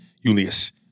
Ulysses